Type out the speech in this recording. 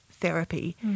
therapy